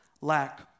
lack